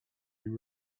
you